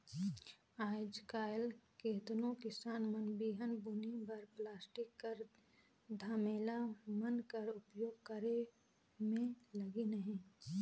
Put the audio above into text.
आएज काएल केतनो किसान मन बीहन बुने बर पलास्टिक कर धमेला मन कर उपियोग करे मे लगिन अहे